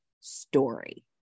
story